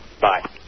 Bye